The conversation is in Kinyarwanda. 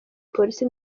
police